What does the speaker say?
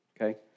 Okay